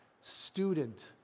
student